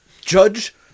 Judge